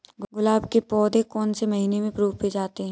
गुलाब के पौधे कौन से महीने में रोपे जाते हैं?